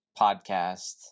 podcast